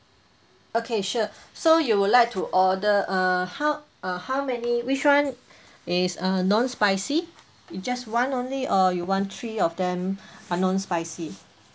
okay sure so you would like to order err how uh how many which one is uh non spicy is just one only or you want three of them are non spicy